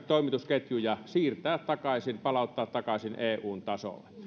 toimitusketjuja siirtää takaisin palauttaa takaisin eun tasolle